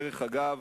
אגב,